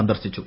സന്ദർശിച്ചു